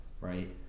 Right